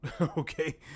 Okay